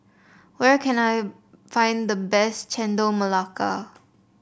where can I find the best Chendol Melaka